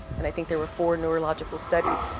and i think there were four neurological studies.